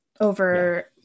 over